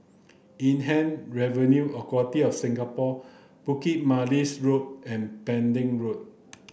Inland Revenue of Singapore Bukit Manis Road and Pending Road